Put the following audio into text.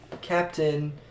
Captain